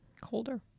Colder